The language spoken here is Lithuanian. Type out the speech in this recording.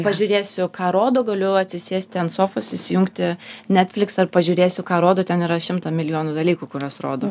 pažiūrėsiu ką rodo galiu atsisėsti ant sofos įsijungti netflix ar pažiūrėsiu ką rodo ten yra šimtą milijonų dalykų kuriuos rodo